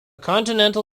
continental